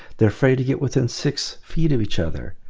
they're afraid to get within six feet of each other,